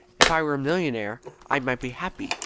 if i were a millionaire i might be happy,